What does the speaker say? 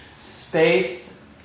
space